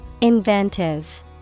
Inventive